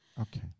okay